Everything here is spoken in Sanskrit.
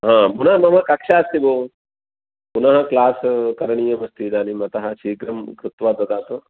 पुनः मम कक्षा अस्ति भोः पुनः क्लास् करणीयमस्ति इदानीम्तः शीघ्रं कृत्वा ददातु